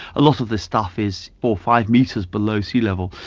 a lot of the stuff is four, five metres below sea level.